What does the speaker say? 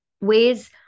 ways